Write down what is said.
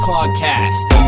Podcast